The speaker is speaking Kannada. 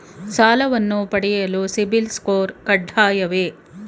ಸಾಲವನ್ನು ಪಡೆಯಲು ಸಿಬಿಲ್ ಸ್ಕೋರ್ ಕಡ್ಡಾಯವೇ?